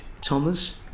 Thomas